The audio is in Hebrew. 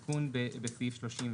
אני אקרא את התיקון בסעיף 36,